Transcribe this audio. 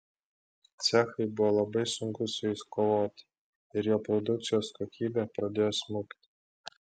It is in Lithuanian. cechui buvo labai sunku su jais kovoti ir jo produkcijos kokybė pradėjo smukti